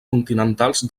continentals